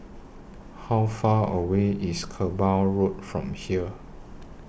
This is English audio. How Far away IS Kerbau Road from here